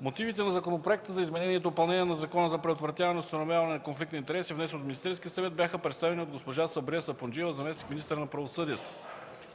Мотивите на Законопроекта за изменение и допълнение на Закона за предотвратяване и установяване на конфликт на интереси, внесен от Министерския съвет, бяха представени от госпожа Сабрие Сапунджиева – заместник-министър на правосъдието.